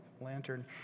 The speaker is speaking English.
lantern